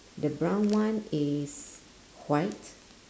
the brown one is white